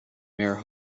mare